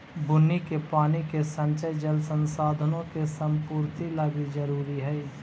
बुन्नी के पानी के संचय जल संसाधनों के संपूर्ति लागी जरूरी हई